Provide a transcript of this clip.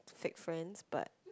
fake friends but